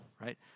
Right